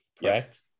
Correct